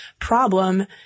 problem